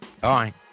Bye